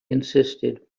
insisted